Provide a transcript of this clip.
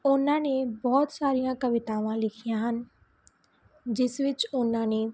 ਉਹਨਾਂ ਨੇ ਬਹੁਤ ਸਾਰੀਆਂ ਕਵਿਤਾਵਾਂ ਲਿਖੀਆਂ ਹਨ ਜਿਸ ਵਿੱਚ ਉਹਨਾਂ ਨੇ